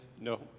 no